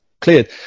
cleared